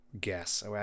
guess